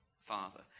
Father